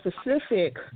specific